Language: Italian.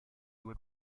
due